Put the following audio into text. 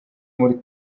muri